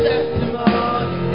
testimony